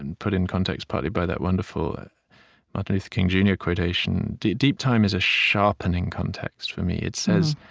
and put in context partly by that wonderful martin luther king, jr. quotation, deep deep time is a sharpening context for me. it says,